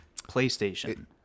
PlayStation